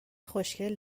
خوشکل